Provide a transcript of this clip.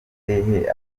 hehe